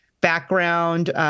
background